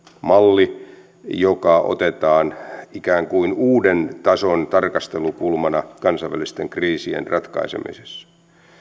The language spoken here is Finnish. malli joka otetaan ikään kuin uuden tason tarkastelukulmana kansainvälisten kriisien ratkaisemisessa